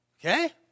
Okay